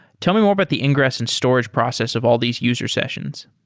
tell me more about the ingress and storage process of all these user sessions